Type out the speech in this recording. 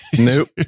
nope